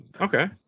Okay